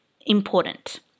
important